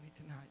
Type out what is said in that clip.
tonight